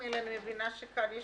נמנע?